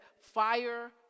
fire